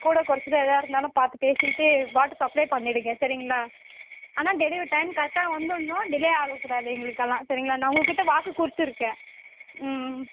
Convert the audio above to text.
கூடவோ கொறைச்சலோ ஏதா இருந்தாலும் பார்த்து பேசிவிட்டு வாட்டர் சப்ளை பண்ணிவிடுங்க சரிங்களா ஆனால் டெலிவரி டைம் கரெக்டாக வந்துடணும் டிலே ஆகக்கூடாது எங்களுக்கெல்லாம் சரிங்களா நான் உங்கள்கிட்ட வாக்கு கொடுத்துருக்கேன் ம் ம்